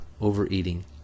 overeating